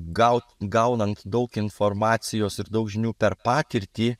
gaut gaunant daug informacijos ir daug žinių per patirtį